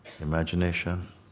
Imagination